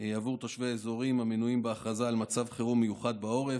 עבור תושבי האזורים המנויים בהכרזה על מצב חירום מיוחד בעורף.